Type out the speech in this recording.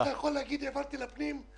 אתה יכול להגיד: העברתי למשרד הפנים,